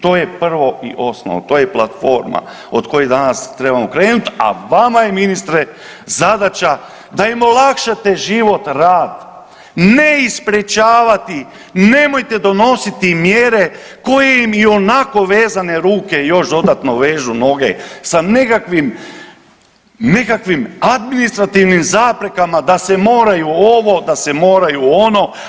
To je prvo i osnovno, to je platforma od koje danas trebamo krenuti, a vama je ministre zadaća da im olakšate život, rad, ne ispričavati, nemojte donositi mjere koje im i onako vezane ruke, još dodatno vežu noge sa nekakvim administrativnim zaprekama da se moraju ovo, da se moraju ono.